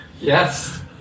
Yes